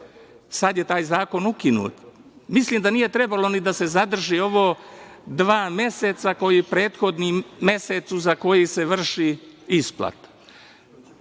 Sada je taj zakon ukinut. Mislim da nije trebalo ni da e zadrži ovo dva meseca koji prethodnim mesecu za koji se vrši isplata.